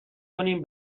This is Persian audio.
کنیم